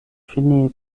fini